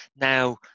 Now